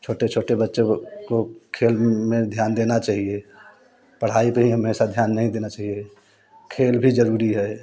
छोटे छोटे बच्चों को खेल में ध्यान देना चाहिए पढ़ाई पे ही हमेशा ध्यान नहीं देना चाहिए खेल भी जरूरी है